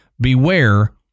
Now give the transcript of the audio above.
beware